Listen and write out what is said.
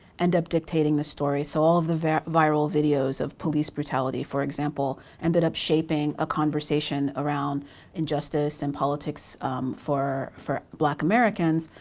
end up dictating the story. so all of that viral videos of police brutality, for example ended up shaping a conversation around injustice and politics for for black americans.